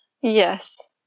Yes